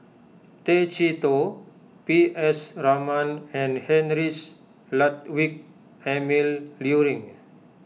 Tay Chee Toh P S Raman and Heinrich Ludwig Emil Luering